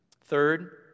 Third